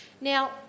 Now